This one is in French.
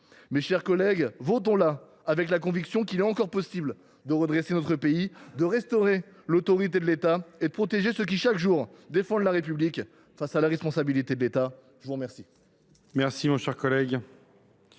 Mes chers collègues, adoptons le avec la conviction qu’il est encore possible de redresser notre pays, de restaurer l’autorité de l’État et de protéger ceux qui, chaque jour, défendent la République face à l’irresponsabilité de l’État. La parole